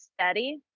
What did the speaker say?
steady